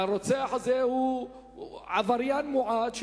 שהרוצח הזה הוא עבריין מועד,